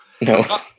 No